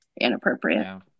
inappropriate